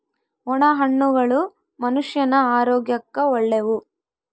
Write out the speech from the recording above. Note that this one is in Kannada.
ಒಣ ಹಣ್ಣುಗಳು ಮನುಷ್ಯನ ಆರೋಗ್ಯಕ್ಕ ಒಳ್ಳೆವು